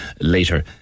later